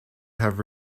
have